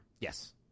Yes